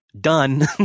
done